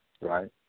right